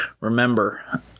remember